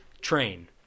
Train